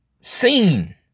seen